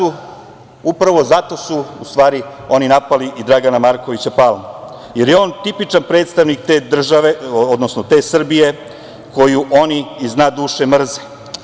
Upravo zato su oni napali i Dragana Markovića Palmu, jer je on tipičan predstavnik te države, odnosno te Srbije koju oni iz dna duše mrze.